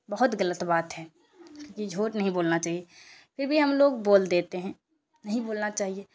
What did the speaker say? بہت غلط بات ہے جی جھوٹ نہیں بولنا چاہیے پھر بھی ہم لوگ بول دیتے ہیں نہیں بولنا چاہیے